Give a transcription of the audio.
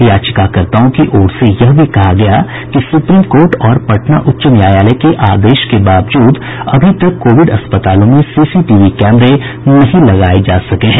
याचिकाकार्ताओं की ओर से यह भी कहा गया कि सुप्रीम कोर्ट और पटना उच्च न्यायालय के आदेश के बावजूद अभी तक कोविड अस्पतालों में सीसीटीवी कैमरे नहीं लगाये जा सके हैं